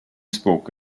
spoke